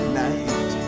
night